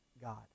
God